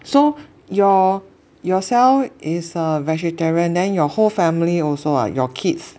so your yourself is a vegetarian then your whole family also ah your kids